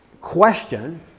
question